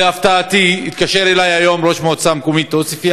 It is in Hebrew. להפתעתי התקשר אלי היום ראש המועצה המקומית עוספיא